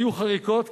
היו חריקות?